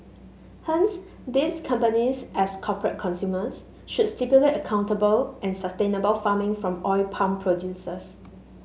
hence these companies as corporate consumers should stipulate accountable and sustainable farming from oil palm producers